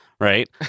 right